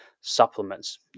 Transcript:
supplements